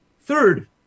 Third